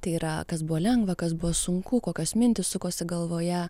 tai yra kas buvo lengva kas buvo sunku kokios mintys sukosi galvoje